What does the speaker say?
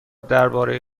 درباره